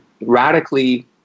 radically